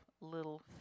little